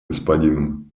господином